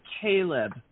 Caleb